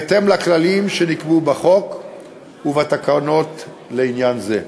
בהתאם לכללים שנקבעו בחוק ובתקנות לעניין זה.